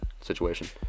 situation